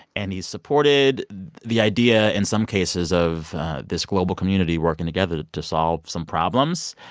and he's supported the idea, in some cases, of this global community working together to solve some problems.